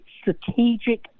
strategic